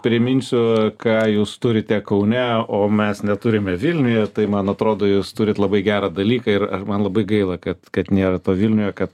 priminsiu ką jūs turite kaune o mes neturime vilniuje tai man atrodo jūs turit labai gerą dalyką ir man labai gaila kad kad nėra to vilniuje kad